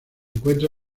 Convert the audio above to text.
encuentra